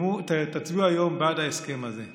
תצביעו היום בעד ההסכם הזה.